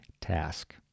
task